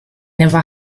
never